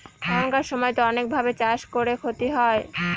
এখানকার সময়তো অনেক ভাবে চাষ করে ক্ষতি হয়